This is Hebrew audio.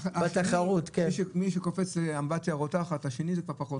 מי שקופץ לאמבטיה רותחת השני זה כבר פחות